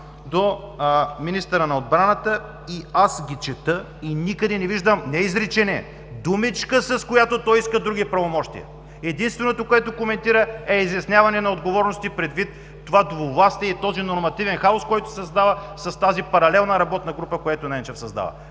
до министъра на отбраната. Аз ги чета и никъде не виждам не изречение, думичка, с която той иска други правомощия. Единственото, което коментира, е изясняване на отговорности предвид това двувластие и този нормативен хаос, който се създава с тази паралелна работна група, която Ненчев създава.